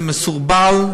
זה מסורבל,